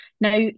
now